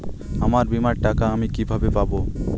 আমার বীমার টাকা আমি কিভাবে পাবো?